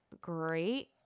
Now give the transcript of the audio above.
great